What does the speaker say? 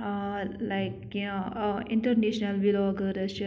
like کینٛہہ international vloggers چھِ